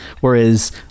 Whereas